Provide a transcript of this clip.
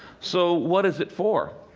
so, what is it for?